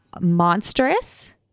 monstrous